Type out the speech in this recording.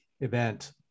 event